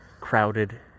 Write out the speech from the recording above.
Crowded